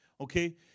okay